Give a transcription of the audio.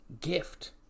gift